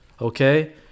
okay